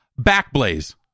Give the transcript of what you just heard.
Backblaze